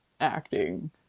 acting